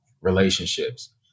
relationships